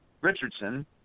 Richardson